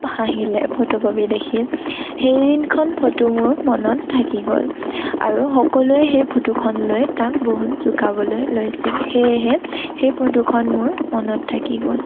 হাঁহিলে ফটোকপি দেখি সেইদিনাখন ফটো মোৰ মনত থাকি গ'ল আৰু সকলোৱে সেই ফটোখন লৈ তাক বহুত জোকাবলৈ লৈছিল সেয়েহে সেই ফটোখন মোৰ মনত থাকি গ'ল